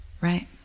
right